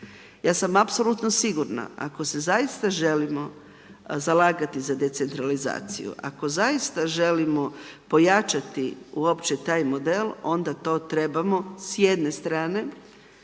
Ja sam apsolutno sigurna, ako se zaista želimo zalagati za decentralizaciju, ako zaista želimo pojačati uopće taj model onda to trebamo s jedne strane,